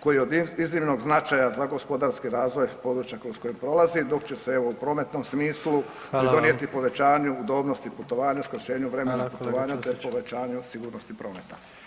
koji je od iznimnog značaja za gospodarski razvoj područja kroz koji prolazi, dok će se evo u prometnom smislu pridonijeti povećanju udobnosti putovanja, skraćenju vremena putovanja te povećanju sigurnosti prometa.